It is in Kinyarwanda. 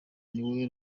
niwe